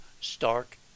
stark